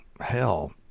Hell